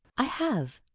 i have.